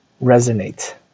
resonate